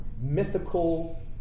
mythical